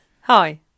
Hi